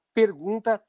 pergunta